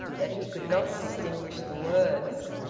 that he could not distinguish the words.